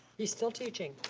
he's still teaching.